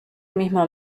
mismo